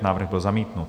Návrh byl zamítnut.